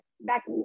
back